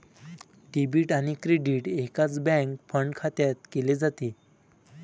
debit आणि credit एकाच bank fund खात्यात केले जाते